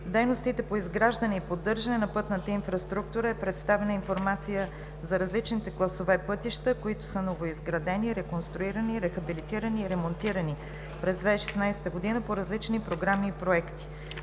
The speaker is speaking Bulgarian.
дейностите по изграждане и поддържане на пътната инфраструктура е представена информация за различните класове пътища, които са новоизградени, реконструирани, рехабилитирани и ремонтирани през 2016 г. по различни програми и проекти.